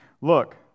Look